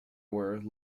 were